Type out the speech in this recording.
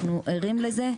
אנחנו ערים לזה.